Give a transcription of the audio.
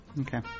Okay